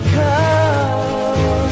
come